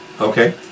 Okay